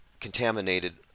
contaminated